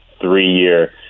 three-year